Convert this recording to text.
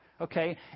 okay